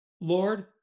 Lord